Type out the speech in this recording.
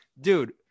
dude